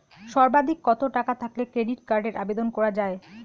সর্বাধিক কত টাকা থাকলে ক্রেডিট কার্ডের আবেদন করা য়ায়?